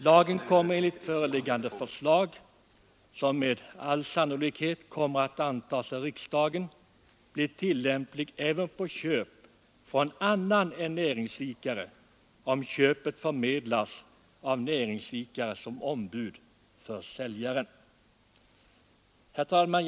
Lagen kommer enligt föreliggande förslag, som med all säkerhet kommer att antas av riksdagen, att bli tillämplig även på köp från annan än näringsidkare, om köpet förmedlas av näringsidkare som ombud för säljaren. Herr talman!